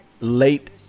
late